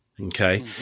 okay